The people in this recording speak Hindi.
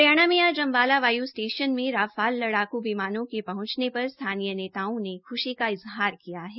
हरियाणा के आज अम्बाला वायु सेना स्टेशन में राफाल लड़ाकू विमानों के पहुंचने पर स्थानीय नेताओं ने खुशी का इजहार किया है